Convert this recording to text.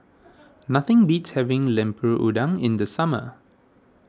nothing beats having Lemper Udang in the summer